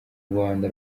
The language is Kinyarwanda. rwanda